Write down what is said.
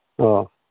ꯑꯥ